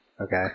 Okay